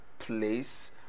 place